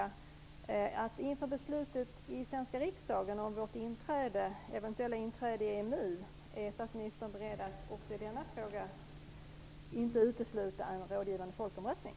Är statsministern beredd att också inför beslutet i den svenska riksdagen om vårt eventuella inträde i EMU inte utesluta en rådgivande folkomröstning?